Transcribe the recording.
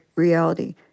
reality